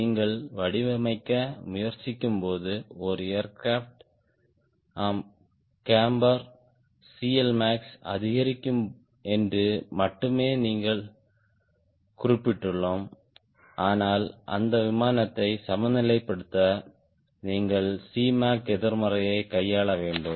நீங்கள் வடிவமைக்க முயற்சிக்கும்போது ஒரு ஏர்கிராப்ட் ஆம் கேம்பர் CLmax அதிகரிக்கும் என்று மட்டுமே நாங்கள் குறிப்பிட்டுள்ளோம் ஆனால் அந்த விமானத்தை சமநிலைப்படுத்த நீங்கள் Cmac எதிர்மறையை கையாள வேண்டும்